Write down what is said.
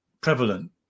prevalent